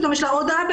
פתאום יש לה עוד אבא,